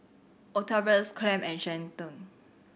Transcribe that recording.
Octavius Clem and Shelton